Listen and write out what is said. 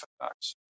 effects